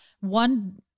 one